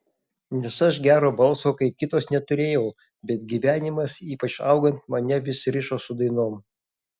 nes aš gero balso kaip kitos neturėjau bet gyvenimas ypač augant mane vis rišo su dainom